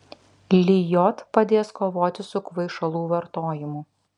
lijot padės kovoti su kvaišalų vartojimu